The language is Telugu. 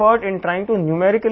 మీరు దానిని సంఖ్యాపరంగా సరిచేయాలి